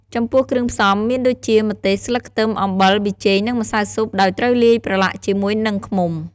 ចំពោះគ្រឿងផ្សំមានដូចជា ម្ទេស ស្លឹកខ្ទឹម អំបិល ប៊ីចេង និងម្សៅស៊ុប ដោយត្រូវលាយប្រឡាក់ជាមួយនឹងឃ្មុំ។